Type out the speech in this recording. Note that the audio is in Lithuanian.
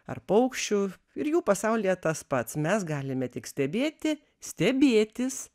ar paukščių ir jų pasaulyje tas pats mes galime tik stebėti stebėtis